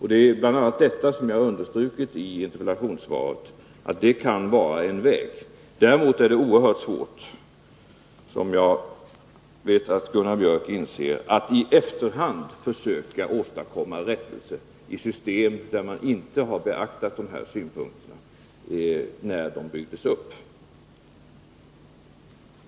I interpellationssvaret har jag också understrukit att bl.a. detta kan vara en väg. Däremot är det oerhört svårt — vilket jag vet att Gunnar Biörck i Värmdö inser — att i efterhand försöka åstadkomma rättelse i system där man inte har beaktat de Nr 90 här synpunkterna när de byggdes upp.